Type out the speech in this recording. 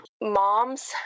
moms